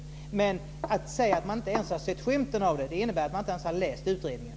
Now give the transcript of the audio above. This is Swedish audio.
När Helena Höij säger att hon inte har sett skymten av det innebär det att hon inte ens har läst utredningen.